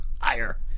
higher